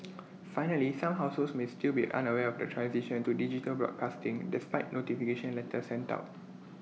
finally some households may still be unaware of the transition to digital broadcasting despite notification letters sent out